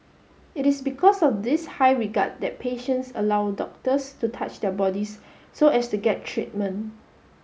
it is because of this high regard that patients allow doctors to touch their bodies so as to get treatment